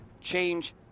change